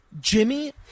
Jimmy –